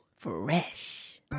fresh